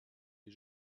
ait